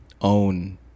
own